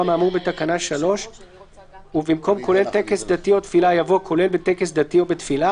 מהאמור בתקנה 3״ ובמקום "כולל טקס דתי או תפילה"